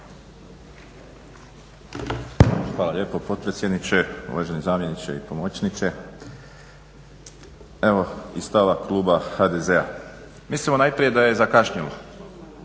Hvala lijepo potpredsjedniče. Uvaženi zamjeniče i pomoćniče. Evo i stava kluba HDZ-a. Mislimo najprije da je zakašnjelo